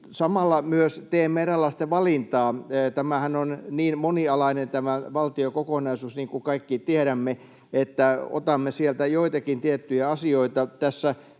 Samalla myös teemme eräänlaista valintaa — tämä valtion kokonaisuushan on niin monialainen, niin kuin kaikki tiedämme, että otamme sieltä joitakin tiettyjä asioita.